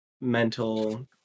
mental